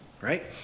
right